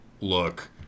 look